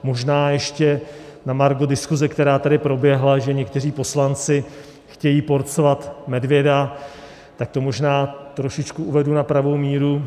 Možná ještě na margo diskuse, která tady proběhla, že někteří poslanci chtějí porcovat medvěda, tak to možná trošičku uvedu na pravou míru.